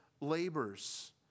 labors